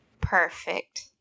Perfect